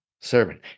servant